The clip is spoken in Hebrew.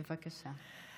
בבקשה.